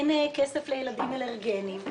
אין כסף לילדים אלרגנים.